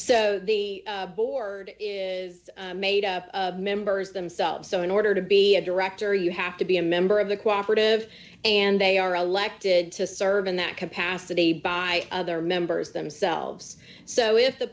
so the board made members themselves so in order to be a director you have to be a member of the cooperate of and they are elected to serve in that capacity by other members themselves so if the